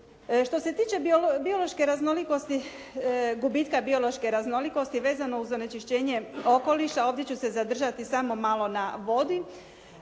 raznolikosti, gubitka biološke raznolikosti vezano uz onečišćenje okoliša ovdje ću se zadržati samo malo na vodi.